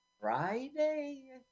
Friday